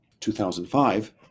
2005